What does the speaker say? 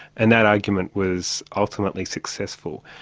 and that argument was ultimately successful.